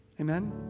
Amen